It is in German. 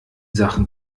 sachen